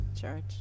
church